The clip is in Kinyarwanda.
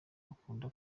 bakunda